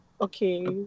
okay